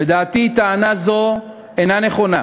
לדעתי, טענה זו אינה נכונה.